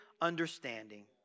understanding